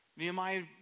Nehemiah